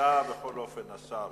בכל אופן, תודה לשר.